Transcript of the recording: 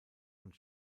und